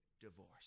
divorce